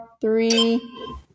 three